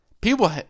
People